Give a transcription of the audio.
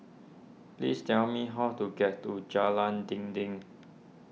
please tell me how to get to Jalan Dinding